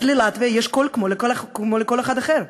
אז ללטביה יש קול כמו לכל אחד אחר,